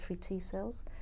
T-cells